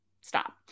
Stop